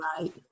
Right